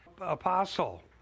apostle